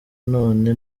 none